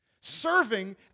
Serving